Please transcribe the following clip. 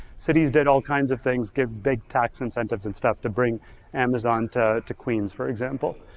cities did all kinds of things, give big tax incentives and stuff to bring amazon to to queens, for example.